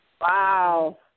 wow